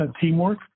teamwork